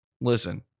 listen